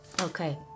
Okay